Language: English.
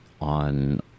on